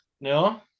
No